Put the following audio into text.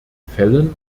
fällen